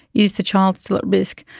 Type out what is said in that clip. is the child still at risk.